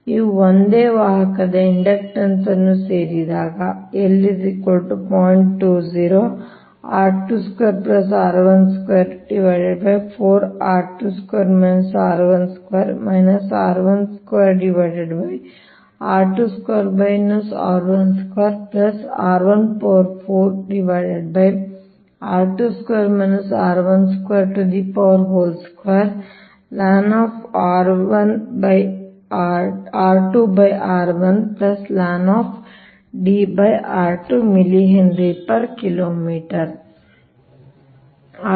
ನೀವು ಒಂದೇ ವಾಹಕದ ಇಂಡಕ್ಟನ್ಸ್ ಅನ್ನು ಸೇರಿಸಿದಾಗ ಆಗಿರುತ್ತದೆ